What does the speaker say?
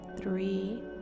three